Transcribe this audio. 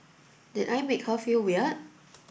did I make her feel weird